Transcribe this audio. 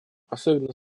особенно